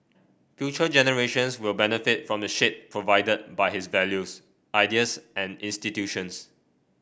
future generations will benefit from the shade provided by his values ideas and institutions